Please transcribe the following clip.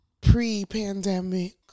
pre-pandemic